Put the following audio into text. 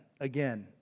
again